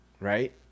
right